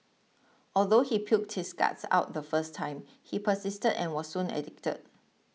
although he puked his guts out the first time he persisted and was soon addicted